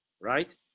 right